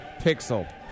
pixel